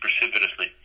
precipitously